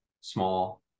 small